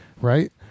right